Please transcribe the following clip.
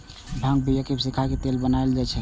भांगक बिया कें सुखाए के तेल बनाएल जाइ छै